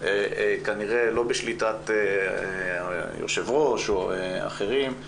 כנראה לא בשליטת היו"ר או אחרים,